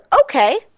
okay